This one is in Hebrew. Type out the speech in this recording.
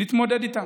נתמודד איתם.